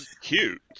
cute